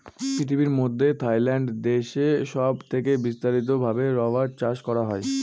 পৃথিবীর মধ্যে থাইল্যান্ড দেশে সব থেকে বিস্তারিত ভাবে রাবার চাষ করা হয়